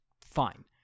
fine